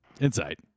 insight